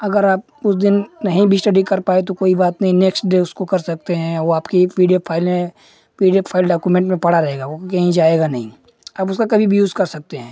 अगर आप उस दिन नही भी इश्टडी कर पाए तो कोई बात नही नेक्स्ट डे उसको कर सकते हैं वो आपकी पी डी एफ़ फ़ाइलें P D F file document में पड़ा रहेगा वो कहीं जाएगा नहीं आप उसका कभी भी यूज़ कर सकते हैं